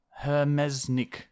Hermesnik